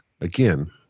again